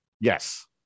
Yes